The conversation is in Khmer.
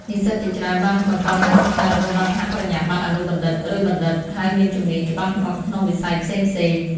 និស្សិតជាច្រើនបានបន្តការសិក្សារហូតដល់ថ្នាក់បរិញ្ញាបត្រ អនុបណ្ឌិត ឬបណ្ឌិត ហើយមានជំនាញច្បាស់លាស់ក្នុងវិស័យផ្សេងៗ។